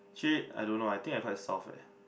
shit I don't know I think I quite soft eh